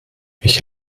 ich